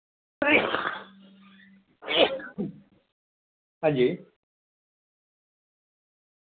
हां जी